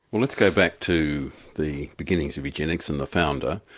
well let's go back to the beginnings of eugenics and the founder,